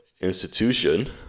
institution